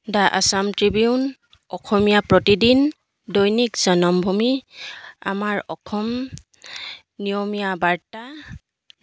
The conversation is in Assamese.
দ্যা আসাম ট্ৰিবিউন অসমীয়া প্ৰতিদিন দৈনিক জনমভূমি আমাৰ অসম নিয়মীয়া বাৰ্তা